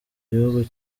gihugu